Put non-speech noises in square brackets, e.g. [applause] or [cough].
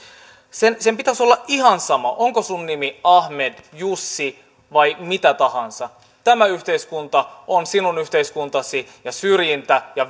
sen sen pitäisi olla ihan sama onko sinun nimi ahmed jussi vai mikä tahansa tämä yhteiskunta on sinun yhteiskuntasi ja syrjintä ja [unintelligible]